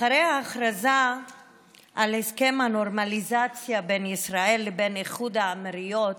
אחרי ההכרזה על הסכם הנורמליזציה בין ישראל לבין איחוד האמירויות,